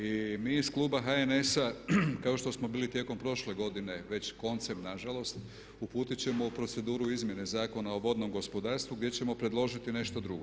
I mi iz kluba HNS-a kao što smo bili tijekom prošle godine već koncem nažalost uputit ćemo u proceduru izmjene Zakona o vodnom gospodarstvu gdje ćemo predložiti nešto drugo.